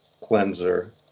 cleanser